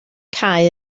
cae